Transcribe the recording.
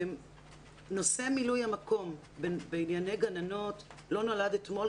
נושא מילוי המקום בענייני גננות לא נולד אתמול,